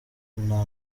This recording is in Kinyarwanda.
nta